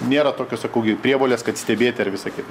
nėra tokios sakau prievolės kad stebėti ar visa kita